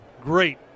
great